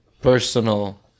personal